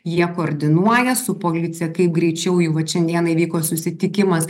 jie koordinuoja su policija kaip greičiau jau vat šiandieną įvyko susitikimas